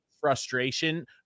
frustration